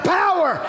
power